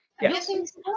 Yes